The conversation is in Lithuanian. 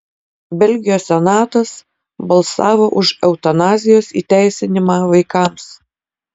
belgijos senatas balsavo už eutanazijos įteisinimą vaikams